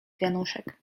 wianuszek